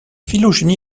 phylogénie